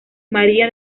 maría